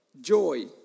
joy